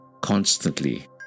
constantly